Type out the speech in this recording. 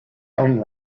own